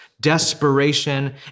desperation